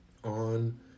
on